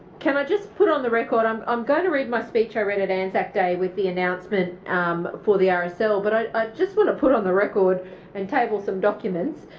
can i just put on the record i'm um going to read my speech i read at anzac day with the announcement for the rsl? so but i ah just want to put on the record and table some documents.